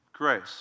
Grace